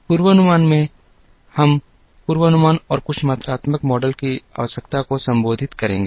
पूर्वानुमान में हम पूर्वानुमान और कुछ मात्रात्मक मॉडल की आवश्यकता को संबोधित करेंगे